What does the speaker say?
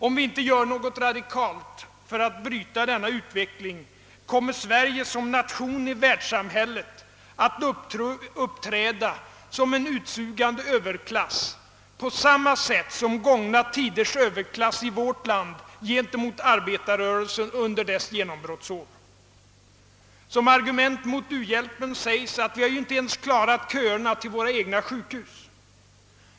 Om vi inte vidtar radikala åtgärder för att bryta denna utveckling, kommer Sverige som nation i världssamhället att uppträda som en utsugande Ööverklass, på samma sätt som gångna tiders överklass i vårt land uppträdde gentemot arbetarrörelsen under dess genombrottsår. Som argument mot u-hjälpen sägs alt vi inte ens har klarat av köerna till våra egna sjukhus.